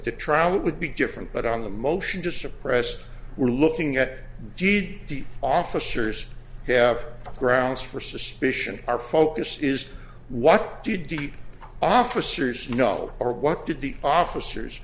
the trial would be different but on the motion to suppress we're looking at g d p officers have grounds for suspicion our focus is what did deep officers know or what did the officers